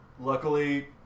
luckily